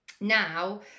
Now